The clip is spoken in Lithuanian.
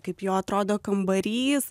kaip jo atrodo kambarys